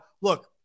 look